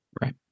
Right